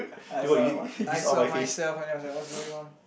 I saw m~ I saw myself and was like what's going on